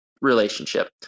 relationship